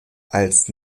als